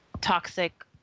toxic